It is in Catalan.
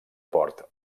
port